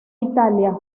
italia